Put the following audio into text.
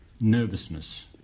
nervousness